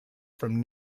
from